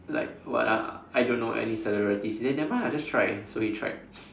like what ah I don't know any celebrities he say then nevermind ah just try so he tried